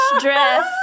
dress